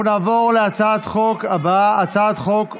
אנחנו נעבור להצעת החוק הבאה, הצעת חוק עוסק,